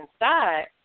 inside